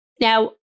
Now